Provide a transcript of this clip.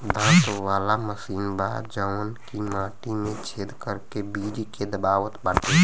दांत वाला मशीन बा जवन की माटी में छेद करके बीज के दबावत बाटे